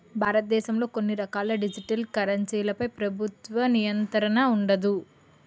భారతదేశంలో కొన్ని రకాల డిజిటల్ కరెన్సీలపై ప్రభుత్వ నియంత్రణ ఉండదు